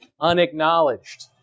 unacknowledged